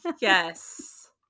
Yes